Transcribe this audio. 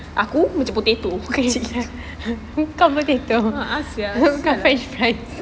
aku macam potato